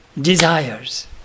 desires